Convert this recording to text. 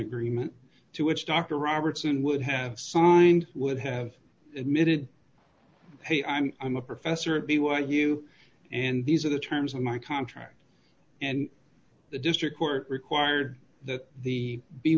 agreement to which dr robertson would have signed would have admitted hey i'm i'm a professor at b y u and these are the terms of my contract and the district court required that the b